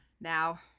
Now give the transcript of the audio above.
now